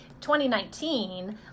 2019